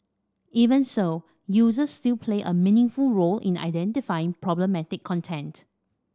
even so users still play a meaningful role in identifying problematic content